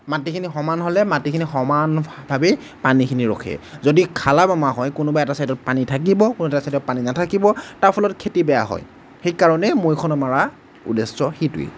মাটিখিনি সমান হ'লে মাটিখিনি সমানভাৱে পানীখিনি ৰখে যদি খলা বমা হয় কোনোবা এটা চাইডত পানী থাকিব কোনোবা এটা চাইডত পানী নাথাকিব তাৰ ফলত খেতি বেয়া হয় সেইকাৰণে মৈখন মৰা উদ্দেশ্য সেইটোৱে